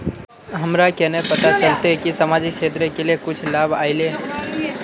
हमरा केना पता चलते की सामाजिक क्षेत्र के लिए कुछ लाभ आयले?